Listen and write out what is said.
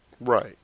Right